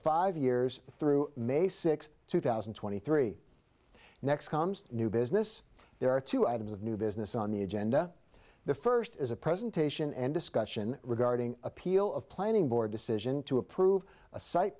five years through may sixth two thousand and twenty three next comes new business there are two items of new business on the agenda the first is a presentation and discussion regarding appeal of planning board decision to approve a site